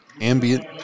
Ambient